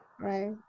right